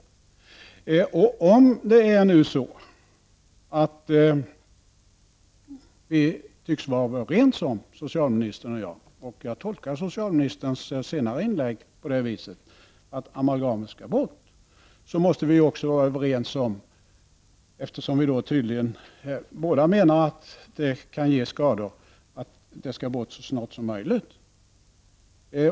Socialministern och jag tycks vara överens om -- jag tolkar socialministerns senaste inlägg på det viset -- att amalgamet skall bort. Eftersom vi tydligen båda anser att det kan ge skador, måste vi också vara överens om att amalgamet skall bort så snart som möjligt.